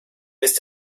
mist